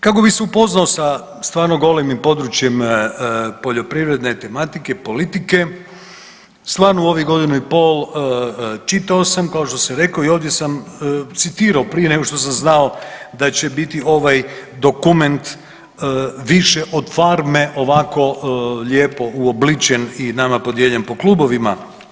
Kako bi se upoznao sa stvarno golemim područjem poljoprivrede tematike, politike, stvarno u ovih godinu i pol čitao sam kao što sam rekao i ovdje sam citirao prije nego što sam znao da će biti ovaj dokument više od farme ovako lijepo uobličen i nama podijeljen po klubovima.